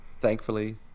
Thankfully